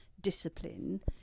discipline